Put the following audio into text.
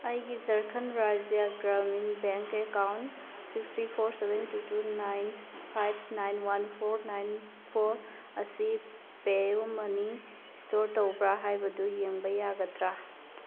ꯑꯩꯒꯤ ꯖꯔꯈꯟ ꯔꯥꯏꯖ꯭ꯌ ꯒ꯭ꯔꯥꯃꯤꯟ bank account six three four seven two two nine five nine one four nine four ꯑꯁꯤ ꯄꯦ ꯌꯨ ꯃꯅꯤ ꯏꯁꯇꯣꯔ ꯇꯧꯕ꯭ꯔꯥ ꯍꯥꯏꯕꯗꯨ ꯌꯦꯡꯕ ꯌꯥꯒꯗ꯭ꯔꯥ